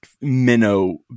minnow